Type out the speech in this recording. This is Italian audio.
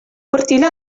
cortile